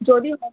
যদি হয়